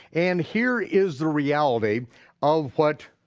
and here is the reality of what